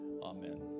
Amen